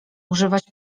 używać